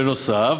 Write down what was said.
בנוסף,